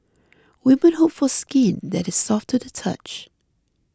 women hope for skin that is soft to the touch